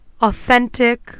authentic